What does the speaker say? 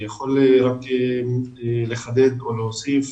אני יכול לחדד או להוסיף